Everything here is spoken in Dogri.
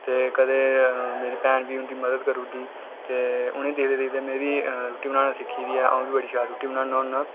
ते कदें मेरी भैन बी उं'दी मदद करी ओड़दी उनेंगी दिखदे दिखदे अ'ऊं रूट्टी बनाना सिखी ऐ अ'ऊं बी बड़ी शैल रुट्टी बनाना होन्नां ते